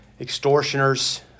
extortioners